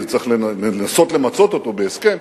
צריך לנסות למצות אותו בהסכם,